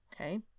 okay